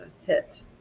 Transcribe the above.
hit